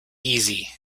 easy